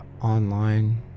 Online